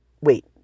Wait